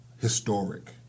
historic